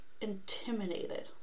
intimidated